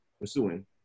pursuing